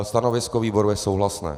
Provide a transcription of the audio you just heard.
Stanovisko výboru je souhlasné.